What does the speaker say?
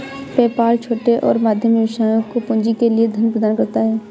PayPal छोटे और मध्यम व्यवसायों को पूंजी के लिए धन प्रदान करता है